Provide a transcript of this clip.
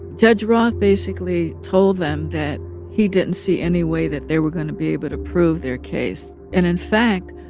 judge roth basically told them that he didn't see any way that they were going to be able to prove their case. and, in fact,